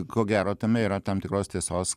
ko gero tame yra tam tikros tiesos